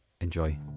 Enjoy